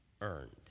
earned